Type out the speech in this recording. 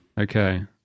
Okay